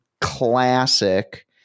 classic